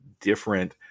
different